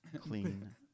clean